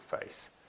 face